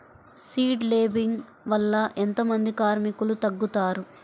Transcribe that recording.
Seed లేంబింగ్ వల్ల ఎంత మంది కార్మికులు తగ్గుతారు?